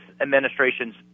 administration's